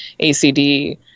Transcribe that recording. ACD